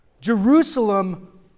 Jerusalem